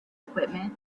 equipment